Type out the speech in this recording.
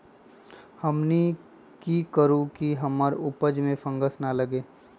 हमनी की करू की हमार उपज में फंगस ना लगे?